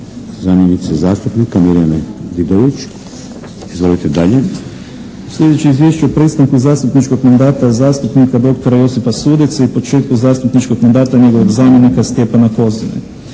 zamjenice zastupnika Mirjane Didović. Izvolite dalje. **Sesvečan, Damir (HDZ)** Sljedeće izvješće o prestanku zastupničkog mandata zastupnika doktora Josipa Sudeca i početku zastupničkog mandata njegovog zamjenika Stjepana Kos.